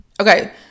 okay